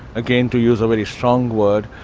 again to use a very strong word,